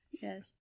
yes